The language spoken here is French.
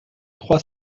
trois